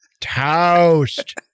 toast